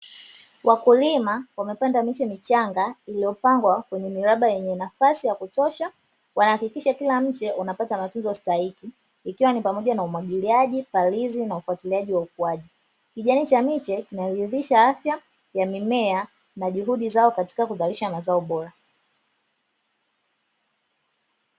Wakulima wamepanda miche michanga iliyopangwa kwenye miraba yenye nafasi ya kutosha wanahakikisha kila mche unapata matunzo stahiki ikiwa ni pamoja na umwagiliaji palizi na ufuatiliaji wa ukuaji. Kijani cha miche kinaridhisha afya ya mimea na juhudi zao katika kuzalisha mazao bora.